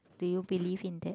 do you believe in that